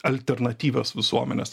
alternatyvios visuomenės